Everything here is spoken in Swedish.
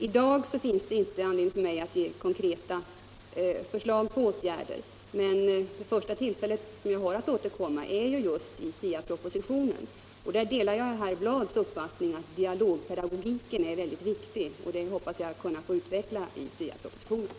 I dag finns det inte anledning för mig att ge konkreta förslag till åtgärder. Det första tillfälle jag har att återkomma är i SIA-propositionen. Jag delar herr Bladhs uppfattning att dialogpedagogiken är mycket viktig, och detta hoppas jag kunna få utveckla i SIA-propositionen.